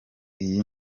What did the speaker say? iyi